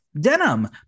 Denim